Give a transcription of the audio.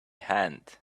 hand